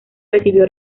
recibió